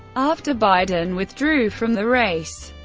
after biden withdrew from the race,